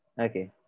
Okay